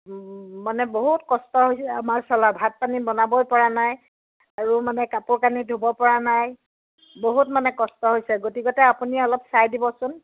মানে বহুত কষ্ট হৈছে আমাৰ চলা ভাত পানী বনাবই পৰা নাই আৰু মানে কাপোৰ কানি ধুব পৰা নাই বহুত মানে কষ্ট হৈছে গতিকতে আপুনি অলপ চাই দিবচোন